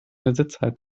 sitzheizung